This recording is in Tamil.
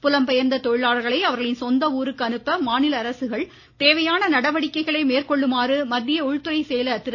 புலம்பெயர்ந்த தொழிலாளர்களை அவர்களின் சொந்த ஊருக்கு அனுப்ப மாநில அரசுகள் தேவையான நடவடிக்கைகளை மேற்கொள்ளுமாறு மத்திய உள்துறை செயலர் திரு